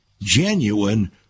Genuine